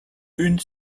une